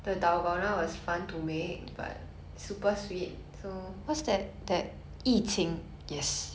okay ya so I don't know what else I would try to make there's this cloud bread